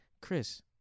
Chris